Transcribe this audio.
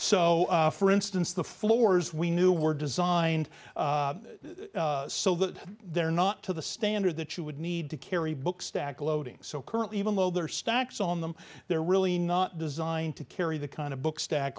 so for instance the floors we knew were designed so that they're not to the standard that you would need to carry books stacked loadings so currently even though there are stacks on them they're really not designed to carry the kind of book